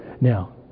Now